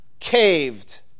Caved